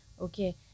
okay